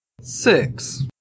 Six